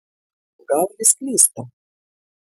gal jis klysta